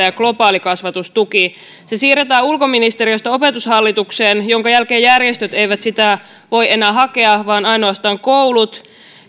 ja globaalikasvatustuki se siirretään ulkoministeriöstä opetushallitukseen minkä jälkeen järjestöt eivät sitä voi enää hakea vaan ainoastaan koulut